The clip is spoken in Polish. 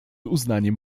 uznaniem